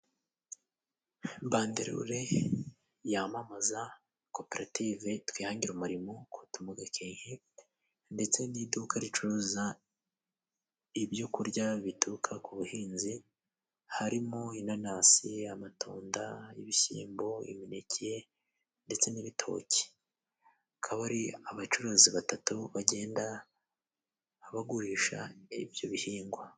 Banderore yamamaza koperative twihangire umurimo ko tumu mu Gakenke, ndetse n'iduka ricuruza ibyo kurya bituruka ku buhinzi harimo inanasi, amatunda, ibishyimbo, imineke ndetse n'ibitoki. Akaba ari abacuruzi batatu bagenda bagurisha ibyo bihingwa.